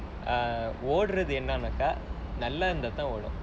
err ஓடுறது என்னானக நல்லா இருந்தாதான் ஓடும்:odurathu ennaanaka nallaa irunthathaaan odum